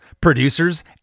producers